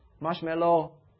Marshmallow